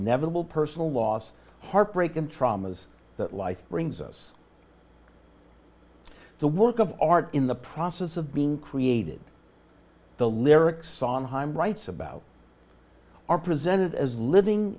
inevitable personal loss heartbreak and traumas that life brings us the work of art in the process of being created the lyrics on haim writes about are presented as living